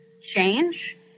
change